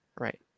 Right